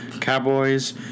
Cowboys